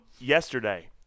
Yesterday